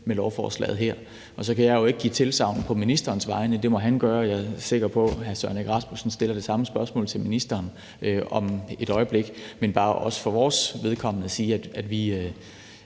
med lovforslaget her. Så kan jeg jo ikke give tilsagn på ministerens vegne. Det må han gøre. Jeg er sikker på, at hr. Søren Egge Rasmussen stiller det samme spørgsmål til ministeren om et øjeblik. Men jeg vil bare for vores vedkommende sige, at vi